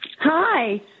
Hi